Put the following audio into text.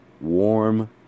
warm